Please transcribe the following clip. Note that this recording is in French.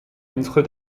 notre